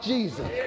Jesus